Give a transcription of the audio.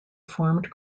formed